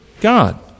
God